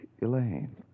Elaine